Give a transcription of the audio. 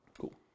Cool